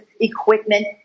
equipment